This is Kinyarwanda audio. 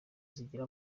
zigira